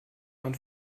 man